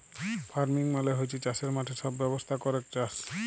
farming মালে হচ্যে চাসের মাঠে সব ব্যবস্থা ক্যরেক চাস